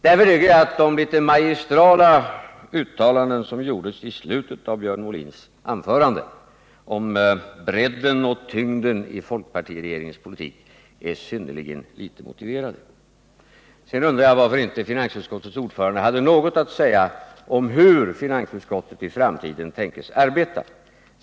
Därför tycker jag att de litet magistrala uttalanden som gjordes i slutet av Björn Molins anförande om bredden och tyngden i folkpartiregeringens politik är synnerligen litet motiverade. Sedan undrar jag varför inte finansutskottets ordförande hade något att säga om hur finansutskottet i framtiden tänkes arbeta.